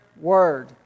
word